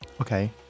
Okay